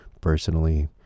personally